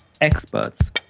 experts